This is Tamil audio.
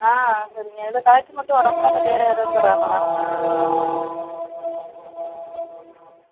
ஆ சரிங்க இல்லை கலெக்டர் மட்டும் வராங்களா இல்லை வேற யாராவது வராங்களா